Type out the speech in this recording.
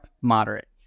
moderate